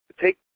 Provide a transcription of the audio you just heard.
Take